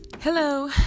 Hello